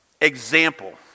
example